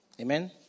Amen